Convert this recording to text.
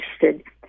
interested